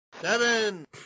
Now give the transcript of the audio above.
seven